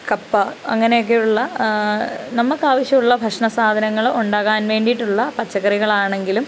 കപ്പ അങ്ങനെയൊക്കെയുള്ള നമുക്ക് ആവശ്യമുള്ള ഭക്ഷണസാധനങ്ങൾ ഉണ്ടാകാൻ വേണ്ടിയിട്ടുള്ള പച്ചക്കറി കറികളാണെങ്കിലും